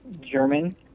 German